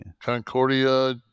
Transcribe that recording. Concordia